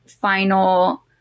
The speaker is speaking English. final